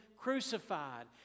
crucified